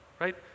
right